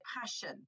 passion